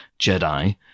Jedi